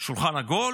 שולחן עגול,